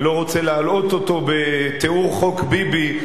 אני לא רוצה להלאות אותו בתיאור חוק ביבי,